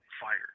fired